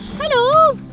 hello.